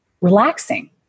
relaxing